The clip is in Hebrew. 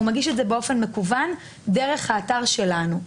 הוא מגיש את זה באופן מקוון דרך האתר שלנו.